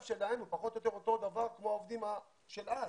שהמצב שלהם הוא פחות או יותר אותו דבר כמו העובדים של אז,